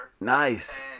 nice